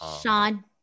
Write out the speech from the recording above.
Sean